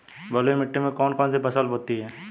बलुई मिट्टी में कौन कौन सी फसल होती हैं?